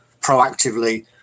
proactively